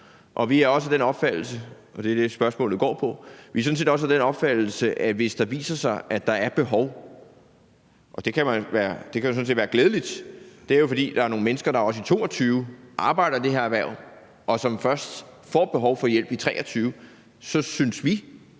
det, spørgsmålet går på, at hvis det viser sig, at der er behov, og det kan jo sådan set være glædeligt – det er jo, fordi der er nogen mennesker, der også i 2022 arbejder i det her erhverv, og som først får behov for hjælp i 2023 – så synes vi